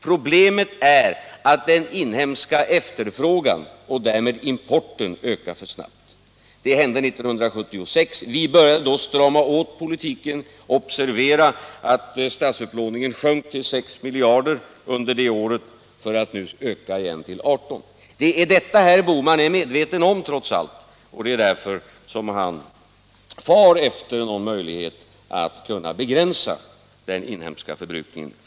Problemet är att den inhemska efterfrågan och därmed importen ökar för snabbt. Så var det 1976. Vi började då strama åt politiken. Observera att statsupplåningen sjönk till 6 miljarder kronor under det året för att nu öka till 18 miljarder kronor. Det är detta herr Bohman trots allt är medveten om, och det är därför han söker efter någon möjlighet att kunna begränsa den inhemska förbrukningen.